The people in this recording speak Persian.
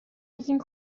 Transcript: میگین